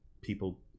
people